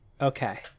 Okay